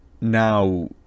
now